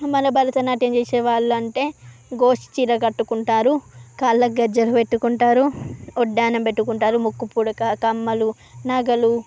మన భరతనాట్యం చేసే వాళ్ళు అంటే గోష్ చీర కట్టుకుంటారు కాళ్లకు గజ్జలు పెట్టుకుంటారు వడ్డానం పెట్టుకుంటారు ముక్కుపుడక కమ్మలు నగలు